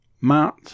Matt